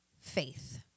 faith